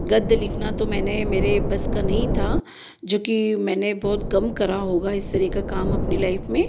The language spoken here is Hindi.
गद्य लिखना तो मैंने मेरे बस का नही था जोकि मैंने बहुत कम करा होगा इस तरह का काम अपनी लाइफ़ में